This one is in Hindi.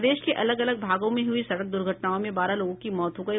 प्रदेश के अलग अलग भागों में हुई सड़क दुर्घटनाओं में बारह लोगों की मौत हो गयी